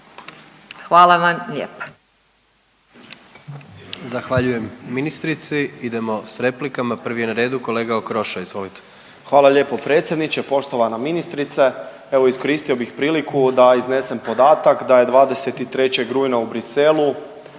Hvala vam lijepa.